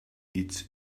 its